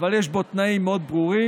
אבל יש בו תנאים מאוד ברורים.